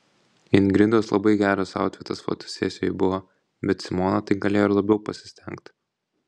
ingridos labai geras autfitas fotosesijoj buvo bet simona tai galėjo ir labiau pasistengt